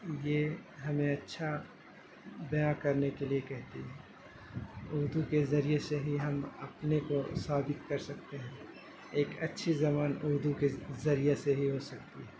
یہ ہمیں اچھا بیاں کرنے کے لیے کہتی ہے اردو کے ذریعے سے ہی ہم اپنے کو ثابت کر سکتے ہیں ایک اچھی زبان اردو کے ذریعے سے ہی ہو سکتی ہے